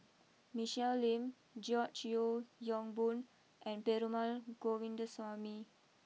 Michelle Lim George Yeo Yong Boon and Perumal Govindaswamy